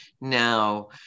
now